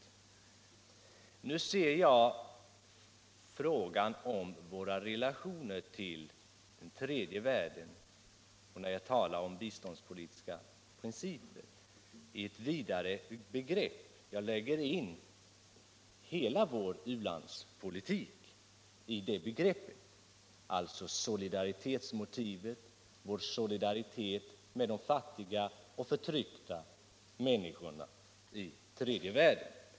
Jag ser frågan om våra relationer till tredje världen och våra biståndspolitiska principer i ett vidare perspektiv, där jag lägger in hela vår ulandspolitik — alltså solidaritetsmotivet, vår solidaritet med de fattiga och förtryckta människorna i tredje världen.